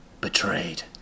betrayed